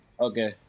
Okay